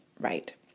right